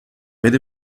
بده